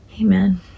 Amen